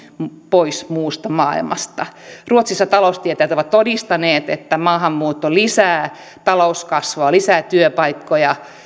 pois muusta maailmasta ruotsissa taloustieteilijät ovat todistaneet että maahanmuutto lisää talouskasvua lisää työpaikkoja